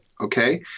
okay